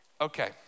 Okay